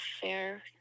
fair